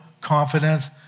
confidence